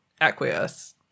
acquiesce